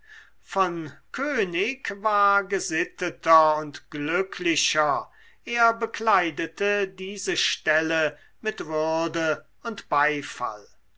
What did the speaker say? von könig war gesitteter und glücklicher er bekleidete diese stelle mit würde und beifall